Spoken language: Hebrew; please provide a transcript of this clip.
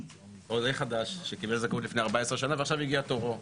עולה חדש שקיבל זכאות לפני 14 שנים ועכשיו הגיע תורו,